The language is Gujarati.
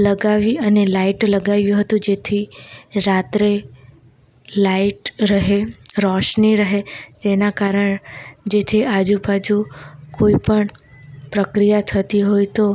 લગાવી અને લાઇટ લગાવ્યું હતું જેથી રાત્રે લાઇટ રહે રોશની રહે એના કારણ જેથી આજુબાજુ કોઈપણ પ્રક્રિયા થતી હોય તો